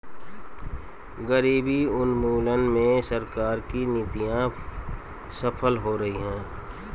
गरीबी उन्मूलन में सरकार की नीतियां सफल हो रही हैं